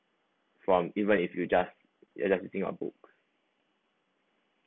from even if you just you just you think of book